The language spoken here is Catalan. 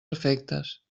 efectes